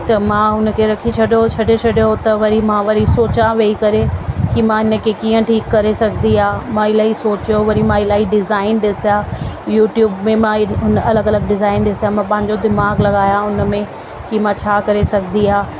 त मां हुन खे रखी छॾो छॾे छॾे त वरी मां वरी सोचा वेही करे की मां इन खे कीअं ठीकु करे सघंदी आहियां मां इलाही सोचियो वरी मां इलाही डिज़ाइन ॾिसा यूट्यूब में मां अलॻि अलॻि डिज़ाइन ॾिसण में पंहिंजो दिमाग़ लॻायां उन में की मां छा करे सघंदी आहे